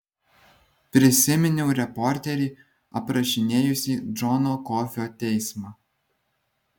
prisiminiau reporterį aprašinėjusį džono kofio teismą